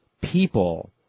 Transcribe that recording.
people